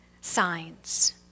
signs